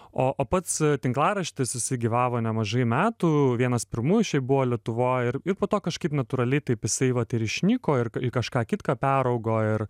o o pats tinklaraštis jisai gyvavo nemažai metų vienas pirmųjų šiaip buvo lietuvoj ir po to kažkaip natūraliai taip jisai vat ir išnyko ir kažką kitką peraugo ir